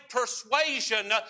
persuasion